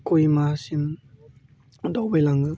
कहिमासिम दावबायलाङो